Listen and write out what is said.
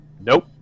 Nope